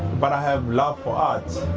but i have love for art,